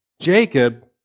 Jacob